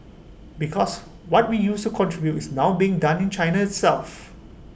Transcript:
because what we used to contribute is now being done in China itself